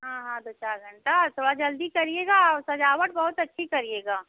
हाँ हाँ दो चार घन्टा और थोड़ा जल्दी करिएगा और सज़ावट बहुत अच्छी करिएगा